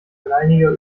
alleiniger